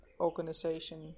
organization